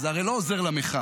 זה הרי לא עוזר למחאה